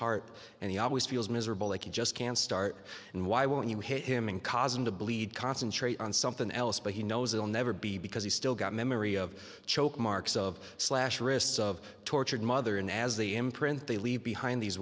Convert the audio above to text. heart and he always feels miserable like he just can't start and why won't you hate him and cause him to bleed concentrate on something else but he knows it'll never be because he's still got memory of choke marks of slash wrists of tortured mother and as the imprint they leave behind these